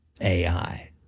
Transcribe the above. AI